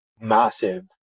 massive